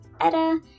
Edda